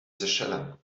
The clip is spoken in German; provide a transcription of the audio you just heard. seychellen